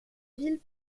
ville